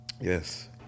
Yes